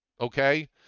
okay